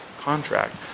contract